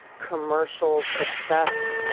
commercial success,